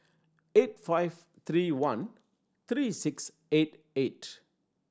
eight five three one three six eight eight